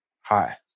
Hi